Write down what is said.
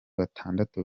batandatu